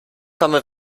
komme